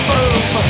Boom